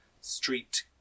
street